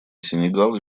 сенегала